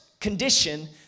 Condition